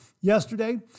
yesterday